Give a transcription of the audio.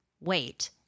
Wait